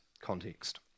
context